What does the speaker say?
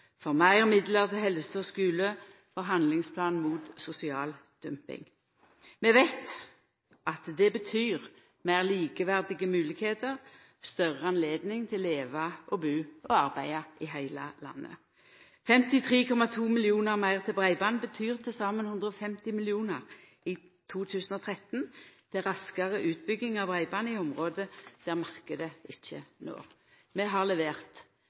for meir midlar til helse og skule, for handlingsplan mot sosial dumping. Vi veit at det betyr meir likeverdige moglegheiter, større høve til å leva, bu og arbeida i heile landet. 53,2 mill. kr meir til breiband betyr til saman 150 mill. kr i 2013 til raskare utbygging av breiband i område marknaden ikkje når. Vi har levert.